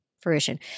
fruition